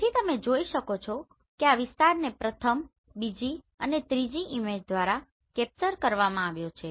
તેથી તમે જોઈ શકો છો કે આ વિસ્તારને પ્રથમ બીજી અને ત્રીજી ઈમેજ દ્વારા કેપ્ચર કરવામાં આવ્યો છે